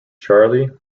charlie